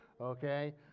okay